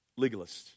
legalists